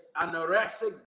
anorexic